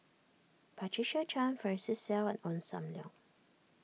Patricia Chan Francis Seow and Ong Sam Leong